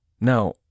Now